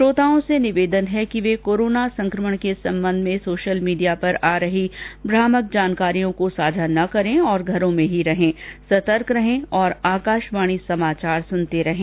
श्रोताओं से निवेदन है कि वे कोरोना संकमण के संबंध में सोशल मीडिया पर आ रही भ्रामक जानकारियों को साझा न करें और घरों में ही रहें सतर्क रहें और आकाशवाणी समाचार सुनते रहें